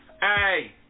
Hey